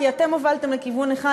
כי אתם שהובלתם לכיוון אחד,